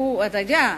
אתה יודע,